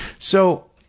so,